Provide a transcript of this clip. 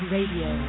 Radio